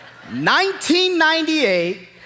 1998